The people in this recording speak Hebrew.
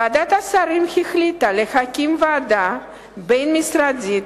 וועדת השרים החליטה להקים ועדה בין-משרדית